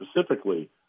specifically